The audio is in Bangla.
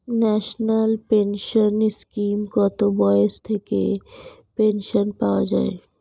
ন্যাশনাল পেনশন স্কিমে কত বয়স থেকে পেনশন পাওয়া যায়?